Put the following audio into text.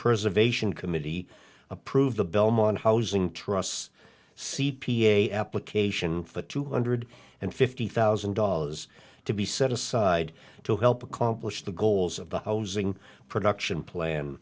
preserve ation committee approved the belmont housing trusts c p a application for two hundred and fifty thousand dollars to be set aside to help accomplish the goals of the housing production plan